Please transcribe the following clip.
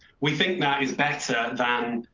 we think now is better than,